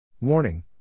Warning